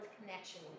connection